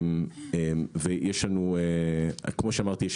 כמו שאמרתי,